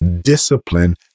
discipline